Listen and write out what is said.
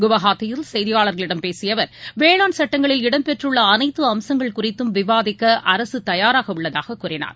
கவுகாத்தியில் செய்தியாளர்களிடம் பேசியஅவர் வேளாண் சட்டங்களில் இடம் பெற்றுள்ளஅனைத்துஅம்சங்கள் குறித்தும் விவாதிக்கஅரசுதயாராகஉள்ளதாககூறினார்